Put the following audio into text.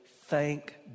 thank